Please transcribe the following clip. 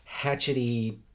hatchety